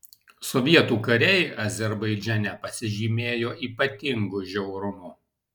sovietų kariai azerbaidžane pasižymėjo ypatingu žiaurumu